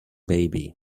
baby